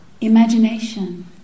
Imagination